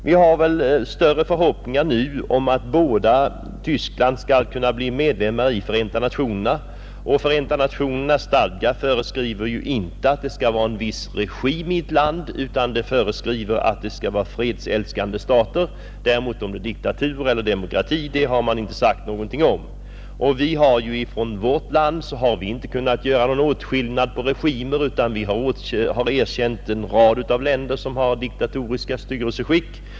Vi har större förhoppningar nu om att båda de tyska staterna skall kunna bli medlemmar i Förenta nationerna, vars stadgar inte föreskriver att ett land skall ha en viss regim utan att det skall vara en fredsälskande stat. Om diktatur eller demokrati har man däremot inte sagt något. Vi 59 har från vårt land inte kunnat göra någon åtskillnad på regimer, utan vi har erkänt en rad länder med diktatoriska styrelseskick.